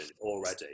already